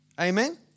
Amen